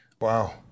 Wow